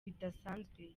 bidasanzwe